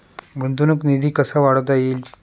गुंतवणूक निधी कसा वाढवता येईल?